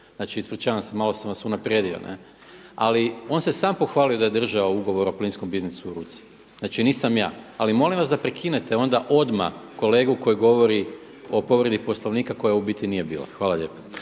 znači ispričavam se malo sam vas unaprijedio. Ali on se samo pohvalio da je državo ugovor o plinskom biznisu u ruci, znači nisam ja. Ali molim vas da prekinete onda odma kolegu koji govori o povredi Poslovnika koja u biti nije bila. Hvala lijepa.